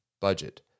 budget